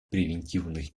превентивных